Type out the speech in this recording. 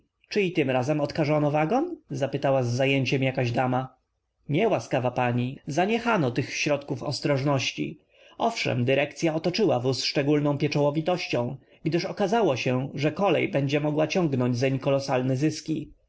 tym razem odkażono w a g o n zapytała z zajęciem jakaś dam a nie łaskaw a pani zaniechano tych środków ostrożności ow szem dyrekcya o to czyła wóz szczególną pieczołow itością gdyż okazało się że kolej będzie m ogła ciągnąć zeń kolosalne zyski